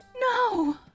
No